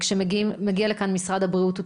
כשמגיע לכאן משרד הבריאות,